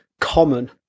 common